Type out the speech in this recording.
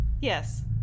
Yes